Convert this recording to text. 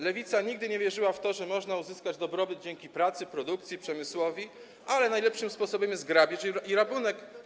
Lewica nigdy nie wierzyła w to, że można uzyskać dobrobyt dzięki pracy, produkcji, przemysłowi, a najlepszym sposobem jest grabież i rabunek.